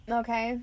okay